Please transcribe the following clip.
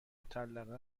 مطلقه